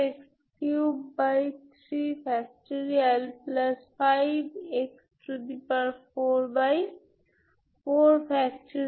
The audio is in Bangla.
সুতরাং আপনি একটি নোট হিসাবে বলতে পারেন যেহেতু ns হল 0 1 2 3 তারা আসলে 0 1 2 এবং তাই n এর জন্য 0 1 2 3